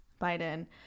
Biden